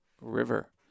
river